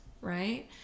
Right